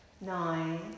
nine